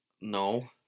No